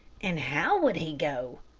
and how would he go?